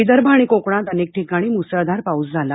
विदर्भ आणि कोकणात अनेक ठिकाणी मुसळधार पाऊस झाला